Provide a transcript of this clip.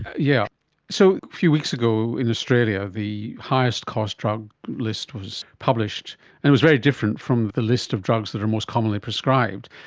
yeah so few weeks ago in australia the highest cost drug list was published and it was very different from the list of drugs that are most commonly prescribed.